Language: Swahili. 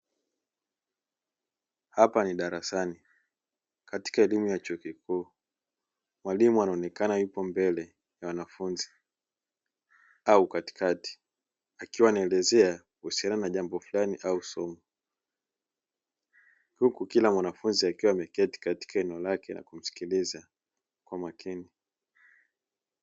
Hapa ni darasani katika elimu ya chuo kikuu, mwalimu anaonekana yupo mbele na wanafunzi au katikati akiwa anaelezea kuhusiana na jambo fulani au somo, huku kila mwanafunzi akiwa ameketi katika eneo lake na kumsikiliza kwa makini.